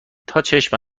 تاچشم